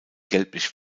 gelblich